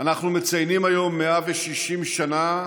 אנחנו מציינים היום 160 שנה